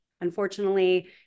Unfortunately